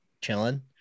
chilling